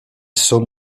some